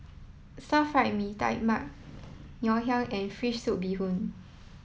Stir Fry Mee Tai Mak Ngoh Hiang and Fish Soup Bee Hoon